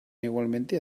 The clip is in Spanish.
igualmente